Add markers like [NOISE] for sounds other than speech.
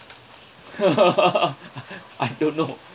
[LAUGHS] I don't know